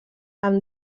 amb